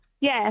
Yes